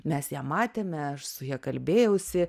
mes ją matėme aš su ja kalbėjausi